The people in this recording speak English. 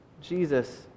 Jesus